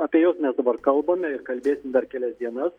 apie juos mes dabar kalbam ir kalbėsim dar kelias dienas